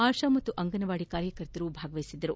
ಆಶಾ ಮತ್ತು ಅಂಗನವಾದಿ ಕಾರ್ಯಕರ್ತರು ಭಾಗವಹಿಸಿದ್ದರು